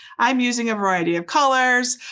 i'm using a variety of colors,